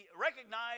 recognize